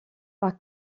par